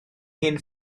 hen